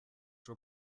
were